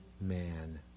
man